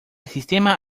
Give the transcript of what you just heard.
sistema